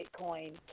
Bitcoin